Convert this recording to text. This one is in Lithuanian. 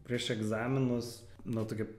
prieš egzaminus nu tokia